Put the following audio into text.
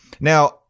Now